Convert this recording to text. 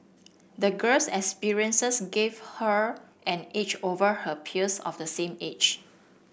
the girl's experiences gave her an edge over her peers of the same age